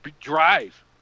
drive